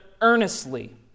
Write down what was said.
earnestly